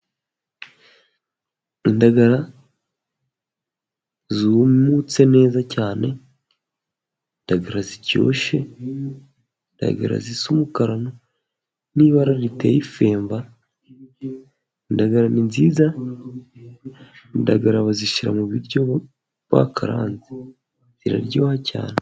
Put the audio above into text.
Indagara zumutse neza cyane, indagara ziryoshye indagara zisa n'umukara n'ibara riteye ifemba, indagara ni nziza indagara bazishyira mu biryo bakaranze biraryoha cyane.